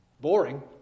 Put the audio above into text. Boring